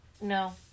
No